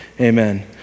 amen